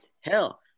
Hell